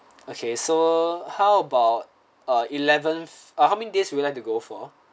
okay so how about uh eleventh ah how many days would you like to go for